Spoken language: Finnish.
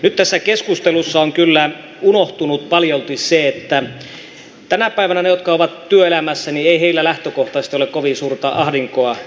nyt tässä keskustelussa on kyllä unohtunut paljolti se että tänä päivänä niillä jotka ovat työelämässä ei lähtökohtaisesti ole kovin suurta ahdinkoa